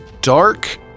dark